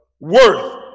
worth